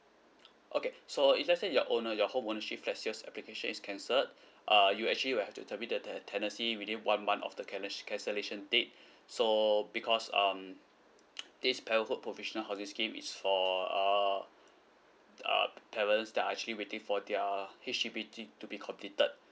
okay so if let's say your owner your home ownership application is cancelled uh you actually will have to terminate the the tenancy within one month of the cancellation date so because um this parenthood provisional scheme is for uh uh parents that are actually waiting for their H_D_B T to be completed